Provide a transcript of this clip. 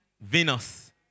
Venus